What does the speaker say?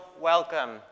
welcome